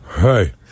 hey